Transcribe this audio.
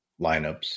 lineups